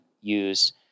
use